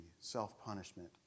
self-punishment